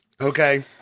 Okay